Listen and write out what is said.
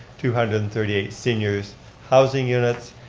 two hundred and thirty eight seniors housing units,